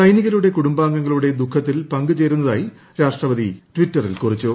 സൈനികരുടെ കുടുംബാംഗങ്ങളുടെ ദുഃഖത്തിൽ പങ്കുചേരുന്നതായി രാഷ്ട്രപതി ട്വിറ്ററിൽ കുറിച്ചു